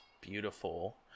Beautiful